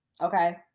Okay